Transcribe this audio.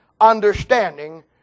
understanding